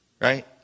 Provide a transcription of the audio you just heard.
right